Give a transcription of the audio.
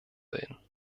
willen